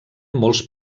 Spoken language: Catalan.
molts